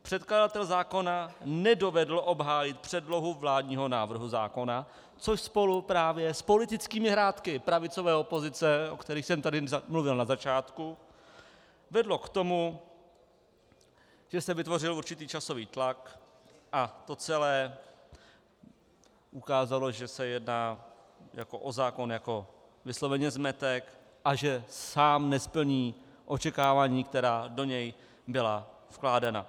Předkladatel zákona nedovedl obhájit předlohu vládního návrhu zákona, což spolu právě s politickými hrátkami pravicové opozice, o kterých jsem tady mluvil na začátku, vedlo k tomu, že se vytvořil určitý časový tlak, a to celé ukázalo, že se jedná o zákon vysloveně zmetek a že sám nesplní očekávání, která do něj byla vkládána.